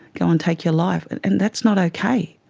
go and take your life, and that's not okay,